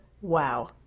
wow